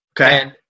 Okay